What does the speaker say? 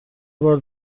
بار